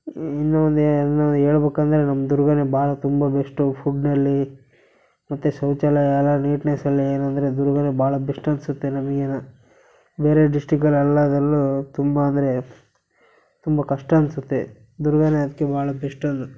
ಇನ್ನೂ ಒಂದು ಏನು ಹೇಳ್ಬಕಂದ್ರೆ ನಮ್ಮ ದುರ್ಗನೇ ಭಾಳ ತುಂಬ ಬೆಸ್ಟು ಫುಡ್ನಲ್ಲಿ ಮತ್ತು ಶೌಚಾಲಯ ಎಲ್ಲ ನೀಟ್ನೆಸ್ ಅಲ್ಲಿ ಏನಂದರೆ ದುರ್ಗನೇ ಭಾಳ ಬೆಸ್ಟ್ ಅನ್ನಿಸುತ್ತೆ ನಮಗೇನಾ ಬೇರೆ ಡಿಸ್ಟ್ರಿಕ್ಕಲ್ಲೆಲ್ಲ ಅದೆಲ್ಲ ತುಂಬ ಅಂದರೆ ತುಂಬ ಕಷ್ಟ ಅನ್ನಿಸುತ್ತೆ ದುರ್ಗನೇ ಅದಕ್ಕೆ ಭಾಳ ಬೆಸ್ಟು ಅದು